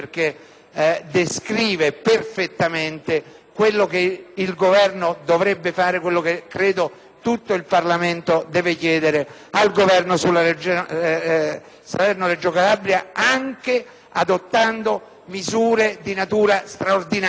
descrive perfettamente quello che il Governo dovrebbe fare - e che, a mio parere, tutto il Parlamento deve chiedere all'Esecutivo - sulla Salerno-Reggio Calabria, anche adottando misure di natura straordinaria.